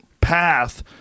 path